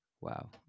Wow